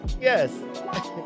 Yes